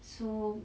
so